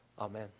Amen